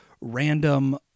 random